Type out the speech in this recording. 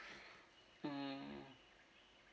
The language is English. hmm